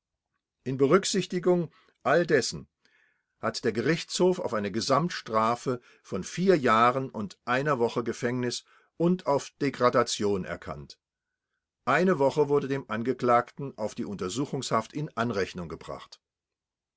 in berücksichtigung alles dessen hat der gerichtshof auf eine gesamtstrafe von vier jahren und einer woche gefängnis und auf degradation erkannt eine woche wurde dem angeklagten auf die untersuchungshaft in anrechnung gebracht